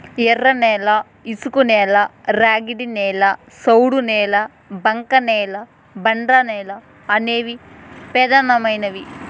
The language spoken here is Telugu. ఎర్రనేల, ఇసుకనేల, ర్యాగిడి నేల, సౌడు నేల, బంకకనేల, ఒండ్రునేల అనేవి పెదానమైనవి